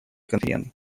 конференции